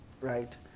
right